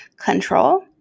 control